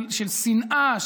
של שנאה,